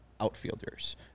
outfielders